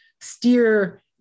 steer